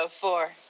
four